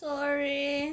Sorry